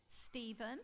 Stephen